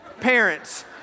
parents